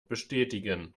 bestätigen